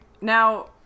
Now